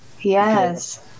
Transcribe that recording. Yes